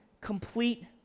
complete